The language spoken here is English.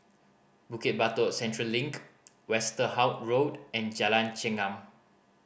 Bukit Batok Central Link Westerhout Road and Jalan Chengam